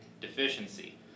deficiency